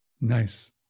Nice